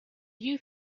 you